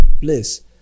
bliss